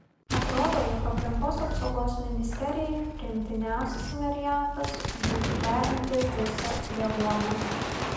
atrodo jog aplinkos apsaugos ministerijai priimtiniausias variantas būtų perimti visą revuoną